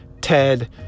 Ted